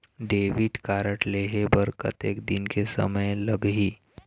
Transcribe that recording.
Debit card लेहे बर कतेक दिन के समय लगही?